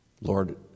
Lord